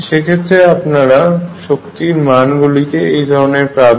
সেক্ষেত্রে আপনারা শক্তির মান গুলিকে এই ধরনের পাবেন